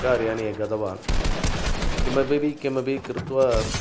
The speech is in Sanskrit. कार्याने गतवान् किमपि किमपि कृत्वा